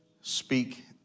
speak